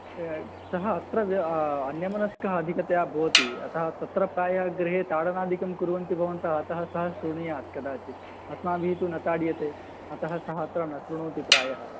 सः अत्र अन्यमनस्कः अधिकतया भवति अतः तत्र प्रायः गृहे ताडनादिकं कुर्वन्ति भवन्तः सः श्रुणुयात् कदाचित् अस्माभिः तु न ताड्यते अतः सः अत्र न श्रुणोति प्रायः